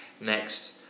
next